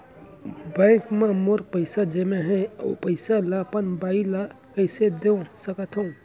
Bank म मोर पइसा जेमा हे, ओ पइसा ला अपन बाई ला कइसे दे सकत हव?